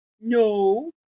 No